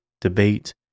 debate